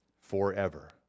forever